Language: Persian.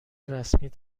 رسمی